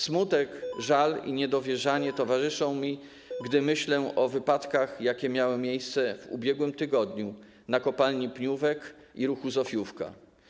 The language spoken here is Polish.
Smutek, żal i niedowierzanie towarzyszą mi, gdy myślę o wypadkach, jakie miały miejsce w ubiegłym tygodniu w kopalni Pniówek i Ruch Zofiówka.